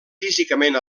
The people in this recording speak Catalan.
físicament